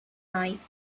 night